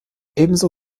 ebenso